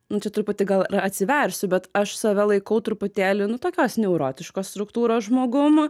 nu čia truputį gal atsiversiu bet aš save laikau truputėlį nu tokios neurotiškos struktūros žmogum